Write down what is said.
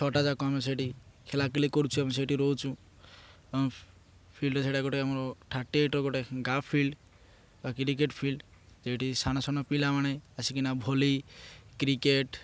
ଛଅଟା ଯାକ ଆମେ ସେଇଠି ଖେଳା ଖେଳି କରୁଛୁ ଆମେ ସେଇଠି ରହୁଛୁ ଫିଲ୍ଡରେ ସେଇଟା ଗୋଟେ ଆମର ଥାର୍ଟି ଏଇଟ୍ର ଗୋଟେ ଗାଁ ଫିଲ୍ଡ ବା କ୍ରିକେଟ୍ ଫିଲ୍ଡ ସେଇଠି ସାନ ସାନ ପିଲାମାନେ ଆସିକିନା ଭଲି କ୍ରିକେଟ୍